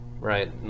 right